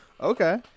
Okay